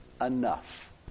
enough